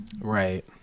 Right